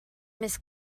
més